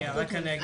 אני מאוד